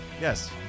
Yes